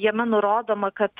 jame nurodoma kad